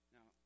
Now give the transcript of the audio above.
Now